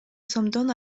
сомдон